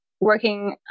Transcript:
working